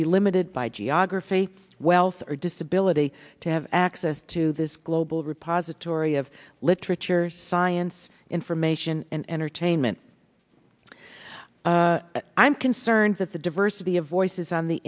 be limited by geography wealth or disability to have access to this global repository of literature science information and entertainment i'm concerned that the diversity of voices on the